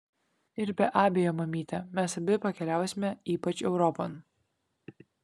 ir be abejo mamyte mes abi pakeliausime ypač europon